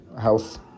health